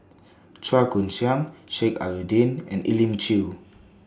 Chua Koon Siong Sheik Alau'ddin and Elim Chew